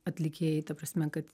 atlikėjai ta prasme kad